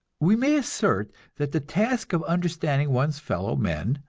we may assert that the task of understanding one's fellow men,